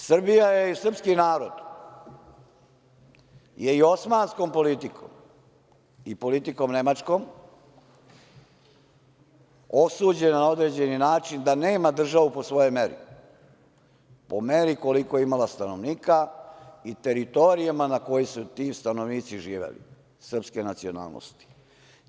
Srbija i srpski narod su i osmanskom politikom i nemačkom politikom osuđeni na određeni način da nemaju državu po svojom meri, po meri koliko je imala stanovnika i teritorijama na kojima su ti stanovnici srpske nacionalnosti živeli.